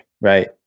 right